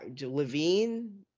Levine